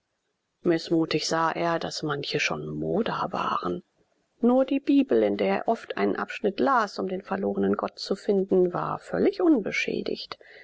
mißmutig sah er daß manche schon moder waren nur die bibel in der er oft einen abschnitt las um den verlornen gott zu finden war völlig unbeschädigt